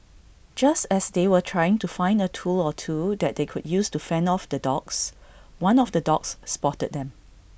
just as they were trying to find A tool or two that they could use to fend off the dogs one of the dogs spotted them